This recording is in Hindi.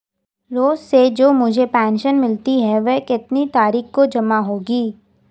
रोज़ से जो मुझे पेंशन मिलती है वह कितनी तारीख को जमा होगी?